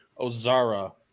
Ozara